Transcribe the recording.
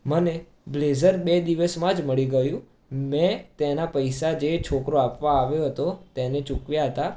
મને બ્લેઝર બે દિવસમાં જ મળી ગયું મેં તેના પૈસા જે છોકરો આપવા આવ્યો હતો તેને ચૂકવ્યા હતા